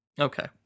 okay